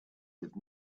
had